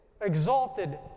exalted